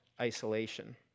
isolation